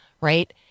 right